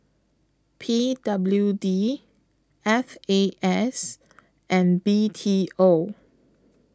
P W D F A S and B T O